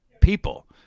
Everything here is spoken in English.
people